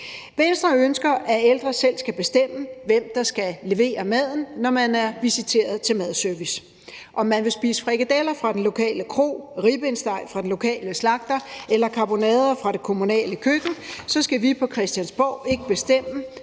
Venstre ønsker, at ældre selv skal bestemme, hvem der skal levere maden, når man er visiteret til madservice. Om man vil spise frikadeller fra den lokale kro, ribbenssteg fra den lokale slagter eller karbonader fra det kommunale køkken, skal vi på Christiansborg ikke bestemme;